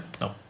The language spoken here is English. no